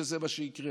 שזה מה שיקרה.